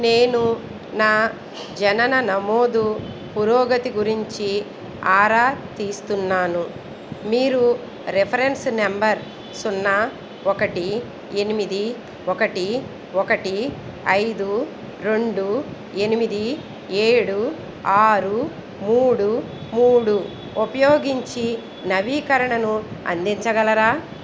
నేను నా జనన నమోదు పురోగతి గురించి ఆరా తీస్తున్నాను మీరు రిఫరెన్స్ నెంబర్ సున్నా ఒకటి ఎనిమిది ఒకటి ఒకటి ఐదు రెండు ఎనిమిది ఏడు ఆరు మూడు మూడు ఉపయోగించి నవీకరణను అందించగలరా